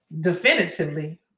definitively